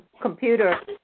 computer